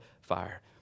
fire